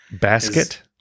Basket